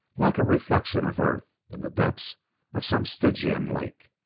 like a reflection of earth in the depths of some stygian lake,